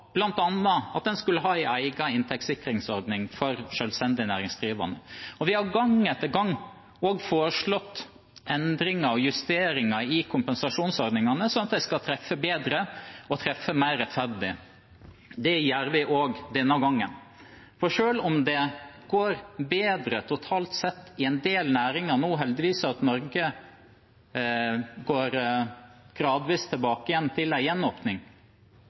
at en skulle ha en egen inntektssikringsordning for selvstendig næringsdrivende. Vi har gang etter gang også foreslått endringer og justeringer i kompensasjonsordningene, slik at de skulle treffe bedre og mer rettferdig. Det gjør vi også denne gangen. For selv om det nå går bedre totalt sett i en del næringer, heldigvis, og at Norge går gradvis tilbake til en gjenåpning,